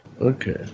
okay